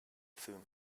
from